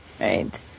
Right